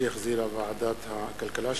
שהחזירה ועדת הכלכלה,